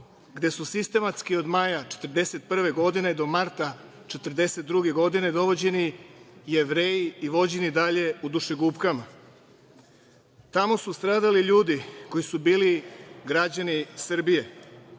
gde su sistematski od maja 1941. do marta 1942. godine dovođeni Jevreji i voženi dalje u dušegupkama. Tamo su stradali ljudi koji su bili građani Srbije.